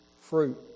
fruit